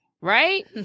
right